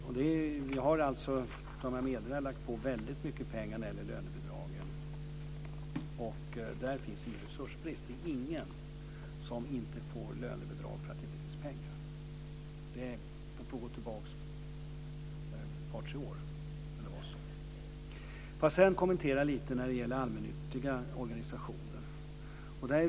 Vi har alltså lagt på väldigt mycket pengar när det gäller lönebidragen, och där finns ingen resursbrist. Det är ingen som inte får lönebidrag för att det inte finns pengar. Man får gå tillbaka ett par tre år när det var så. Jag vill sedan kommentera lite angående allmännyttiga organisationer.